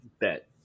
bet